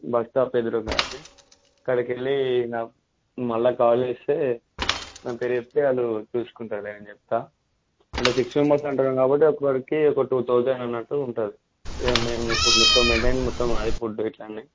bus stop ఎదురుగా అక్కడికి వెళ్ళి నాకు మళ్ళా కాల్ చేస్తే నా పేరు చెప్తే వాళ్ళు చూసుకుంటారు నేను చెప్తాను మళ్ళీ సిక్స్ మెంబర్స్ అంటున్నారు కాబట్టి ఒక్కరికి ఒక టూ థౌసండ్ అన్నట్టు ఉంటుంది ఇక మేము మొత్తం మెయిన్టైన్ మొత్తం ఫుడ్డు ఇట్లా అన్నీ